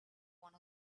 one